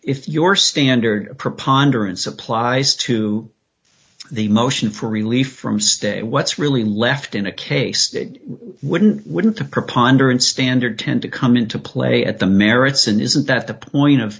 if your standard preponderance applies to the motion for relief from state what's really left in a case wouldn't wouldn't the preponderance standard tend to come into play at the merits and isn't that the point of